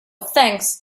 thanks